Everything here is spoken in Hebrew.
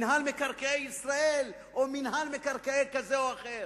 מינהל מקרקעי ישראל או מינהל מקרקעי כזה או אחר.